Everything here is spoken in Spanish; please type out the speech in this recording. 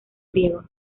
griego